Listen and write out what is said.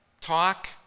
talk